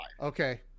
Okay